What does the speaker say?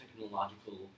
technological